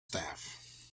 staff